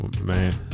man